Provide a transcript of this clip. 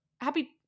Happy